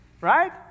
right